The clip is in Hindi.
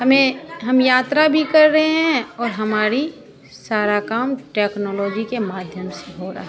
हमें हम यात्रा भी कर रहे हैं और हमारा सारा काम टेक्नोलॉजी के माध्यम से हो रहा है